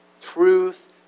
truth